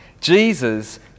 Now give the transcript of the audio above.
Jesus